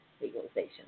legalization